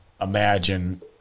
imagine